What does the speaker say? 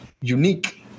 unique